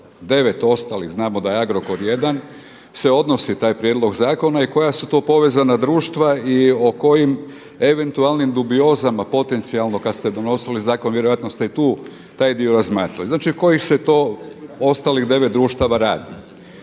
to 9 ostalih. Znamo da je Agrokor jedan se odnosi taj prijedlog zakona i koja su to povezana društva i o kojim eventualnim dubiozama potencijalno kad ste donosili zakon vjerojatno ste i tu taj dio razmatrali. Znači kojih se to ostalih 9 društava radi.